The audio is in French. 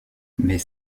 mais